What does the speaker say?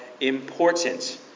important